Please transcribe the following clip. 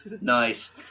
Nice